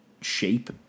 shape